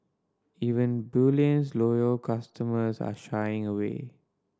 even bullion's loyal customers are shying away